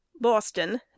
boston